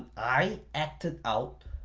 i acted out